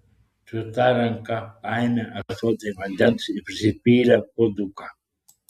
tvirta ranka paėmė ąsotį vandens ir prisipylė puoduką